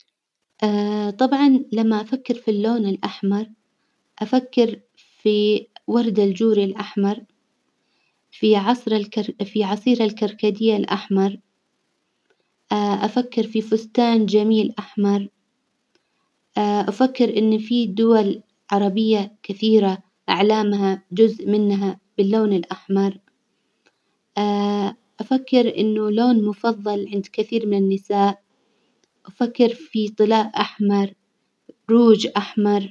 طبعا لما أفكر في اللون الأحمر أفكر في ورد الجوري الأحمر، في عصر الكر-- في عصير الكركديه الأحمر أفكر في فستان جميل أحمر أفكر إن في دول عربية كثيرة أعلامها جزء منها باللون الأحمر أفكر إنه لون مفظل عند كثير من النساء، أفكر في طلاء أحمر، روج أحمر.